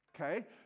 Okay